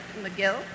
McGill